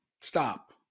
stop